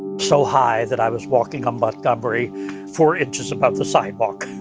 so high that i was walking on montgomery four inches above the sidewalk.